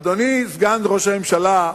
אדוני, סגן ראש הממשלה,